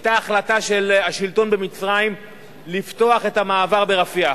היתה החלטה של השלטון במצרים לפתוח את המעבר ברפיח.